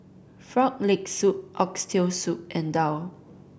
Frog Leg Soup Oxtail Soup and daal